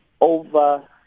over